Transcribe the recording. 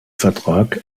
vertrag